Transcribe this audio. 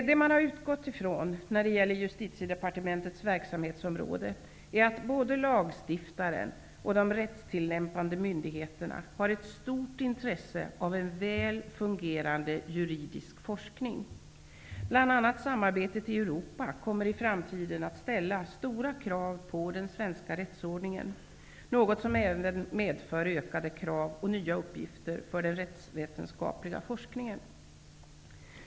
Det som man utgått ifrån vad gäller Justitiedepartementets verksamhetsområde är att både lagstiftaren och de rättstillämpande myndigheterna har ett stort intresse av en väl fungerande juridisk forskning. Bl.a. kommer samarbetet i Europa i framtiden att ställa stora krav på den svenska rättsordningen, något som även medför ökade krav och nya uppgifter för den rättsvetenskapliga forskningen.